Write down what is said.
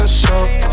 show